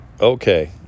Okay